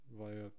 via